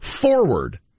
Forward